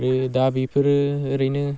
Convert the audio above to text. बे दा बेफोरो ओरैनो